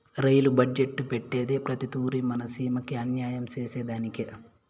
rail budget పెట్టేదే ప్రతి తూరి మన సీమకి అన్యాయం సేసెదానికి